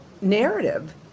narrative